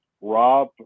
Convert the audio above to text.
Rob